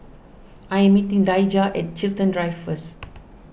I am meeting Daijah at Chiltern Drive first